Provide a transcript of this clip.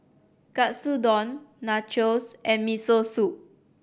Katsudon Nachos and Miso Soup